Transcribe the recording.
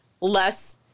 less